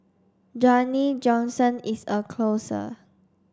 Dwayne Johnson is a closer